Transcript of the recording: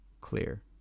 clear